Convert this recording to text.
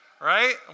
right